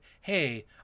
Hey